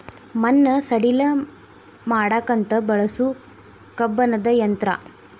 ಮಣ್ಣ ಸಡಿಲ ಮಾಡಾಕಂತ ಬಳಸು ಕಬ್ಬಣದ ಯಂತ್ರಾ